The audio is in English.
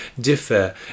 differ